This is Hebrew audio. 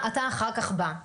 אחר כך אתה בא,